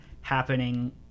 happening